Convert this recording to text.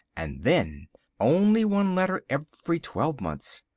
and then only one letter every twelve months.